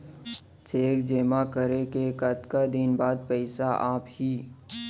Cheque जेमा करे के कतका दिन बाद पइसा आप ही?